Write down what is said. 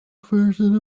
version